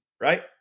right